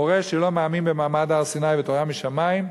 מורה שלא מאמין במעמד הר-סיני ובתורה משמים,